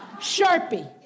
Sharpie